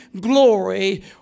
glory